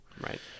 Right